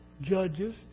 Judges